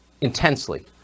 intensely